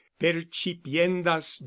percipiendas